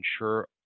ensure